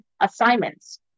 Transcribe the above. assignments